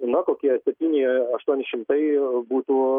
na kokie kinijoje aštuoni šimtai būtų